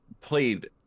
played